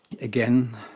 again